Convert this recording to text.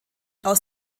aus